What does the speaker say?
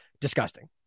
disgusting